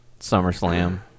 SummerSlam